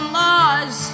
laws